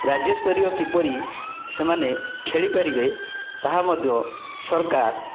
ରାଜ୍ୟସ୍ତରୀୟ କିପରି ସେମାନେ ଖେଳି ପାରିବେ ତାହା ମଧ୍ୟ ସରକାର